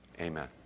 amen